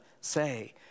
say